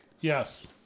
Yes